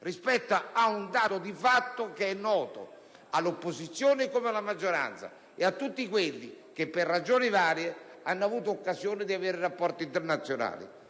rispetto ad un dato di fatto noto all'opposizione come alla maggioranza e a tutti coloro che, per varie ragioni, hanno avuto occasione di avere rapporti internazionali.